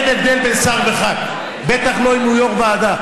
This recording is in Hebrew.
אין הבדל בין שר וח"כ, בטח לא אם הוא יו"ר ועדה.